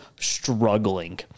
struggling